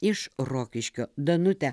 iš rokiškio danute